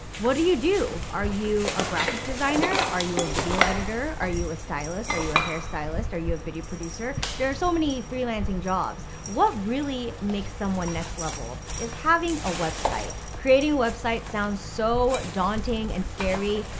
what do you do? are you a graphic designer? are you a video editor? are you a stylist? are you a hairstylist? are you a video producer? there are so many freelancing jobs. what really makes someone next level is having a website creating a website sounds so daunting and scary.